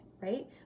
right